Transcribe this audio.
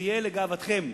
זה יהיה לגאוותכם.